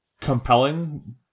compelling